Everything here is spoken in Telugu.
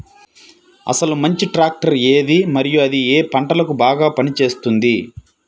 అసలు మంచి ట్రాక్టర్ ఏది మరియు అది ఏ ఏ పంటలకు బాగా పని చేస్తుంది?